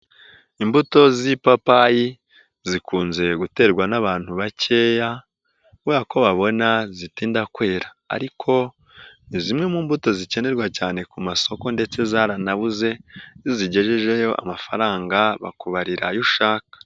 Imbuto z'ipapayi zikunze guterwa n'abantu bakeya, kubera ko babona zitinda kwera ariko ni zimwe mu mbuto zikenerwa cyane ku ma soko ndetse zaranabuze iyo uzigejejeyo amafaranga bakubarira ayo ushaka.